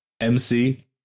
MC